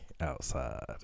outside